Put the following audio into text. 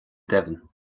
deimhin